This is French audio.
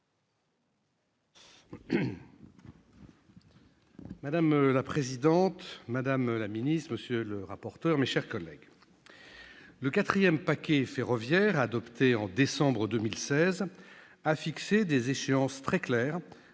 Madame la présidente, madame la ministre, mes chers collègues, le quatrième paquet ferroviaire, adopté en décembre 2016, a fixé des échéances très claires